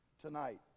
tonight